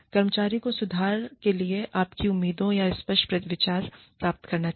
कर्मचारी को सुधार के लिए आपकी उम्मीदों का स्पष्ट विचार प्राप्त करना चाहिए